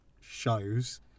shows